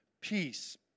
peace